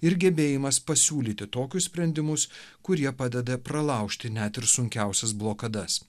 ir gebėjimas pasiūlyti tokius sprendimus kurie padeda pralaužti net ir sunkiausias blokadas